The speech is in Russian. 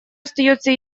остается